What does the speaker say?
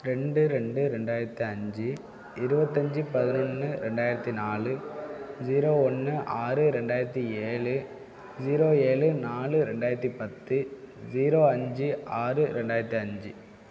ரெண்டு ரெண்டு ரெண்டாயிரத்தி அஞ்சு இருபத்தஞ்சி பதினொன்று ரெண்டாயிரத்தி நாலு ஜீரோ ஒன்று ஆறு ரெண்டாயிரத்தி ஏழு ஜீரோ ஏழு நாலு ரெண்டாயிரத்தி பத்து ஜீரோ அஞ்சு ஆறு ரெண்டாயிரத்தி அஞ்சு